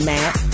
Matt